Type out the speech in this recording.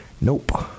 nope